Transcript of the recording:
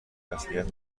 تسلیت